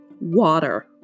Water